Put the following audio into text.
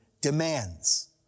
demands